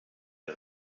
der